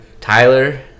Tyler